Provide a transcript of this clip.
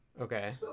Okay